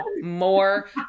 more